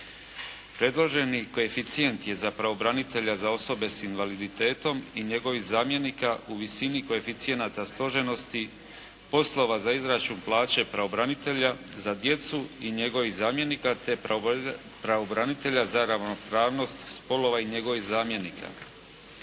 Predloženi koeficijent je za pravobranitelja za osobe s invaliditetom i njegovih zamjenika u visini koeficijenata stožernosti, poslova za izračun plaće pravobranitelj za djecu i njegovih zamjenika te pravobranitelja za ravnopravnost spolova i njegovih zamjenika.